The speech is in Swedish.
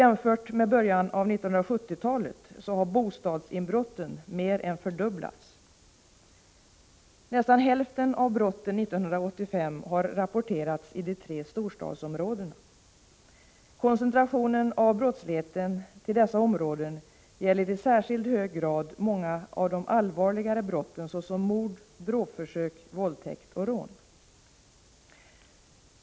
Jämfört med början av 1970-talet har bostadsinbrotten mer än fördubblats. Nästan hälften av brotten 1985 har rapporterats i de tre storstadsområdena. Koncentrationen av brottsligheten till dessa områden gäller i särskilt hög grad många av de allvarligare brotten såsom mord, dråpförsök, våldtäkt och rån.